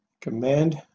command